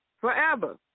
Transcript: Forever